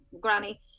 granny